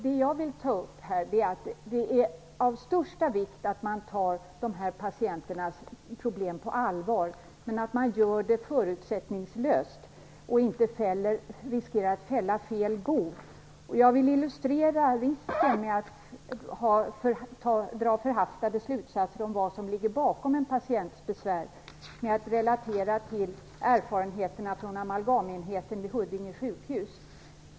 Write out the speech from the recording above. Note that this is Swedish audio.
Det är av största vikt att man tar dessa patienters problem på allvar och att man gör det förutsättningslöst och inte riskerar att fälla fel ko. Jag vill illustrera risken med att dra förhastade slutsatser om vad det är som ligger bakom en patients besvär genom att relatera till erfarenheterna från amalgamenheten vid Huddinge sjukhus.